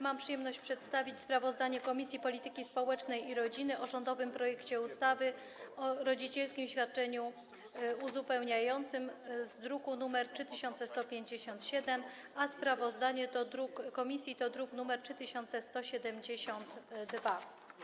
Mam przyjemność przedstawić sprawozdanie Komisji Polityki Społecznej i Rodziny o rządowym projekcie ustawy o rodzicielskim świadczeniu uzupełniającym, druk nr 3157, sprawozdanie komisji - druk nr 3172.